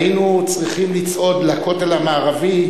היינו צריכים לצעוד לכותל המערבי,